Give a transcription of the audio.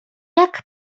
jak